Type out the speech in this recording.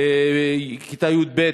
כיתה י"ב,